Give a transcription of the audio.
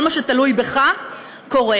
כל מה שתלוי בך קורה.